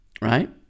Right